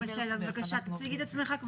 כמו